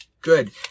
Good